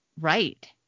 Right